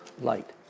light